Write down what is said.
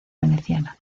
veneciana